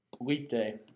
weekday